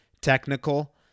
technical